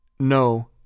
No